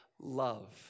love